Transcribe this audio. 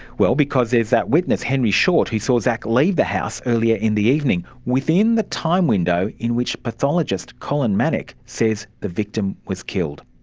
well, because there's that witness henry short who saw szach like leave the house earlier in the evening, within the time window in which pathologist colin manock says the victim was killed.